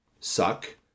Suck